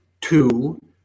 two